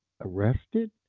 arrested